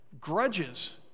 Grudges